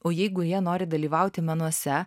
o jeigu jie nori dalyvauti menuose